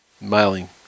Mailing